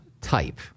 type